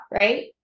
right